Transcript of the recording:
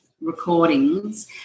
recordings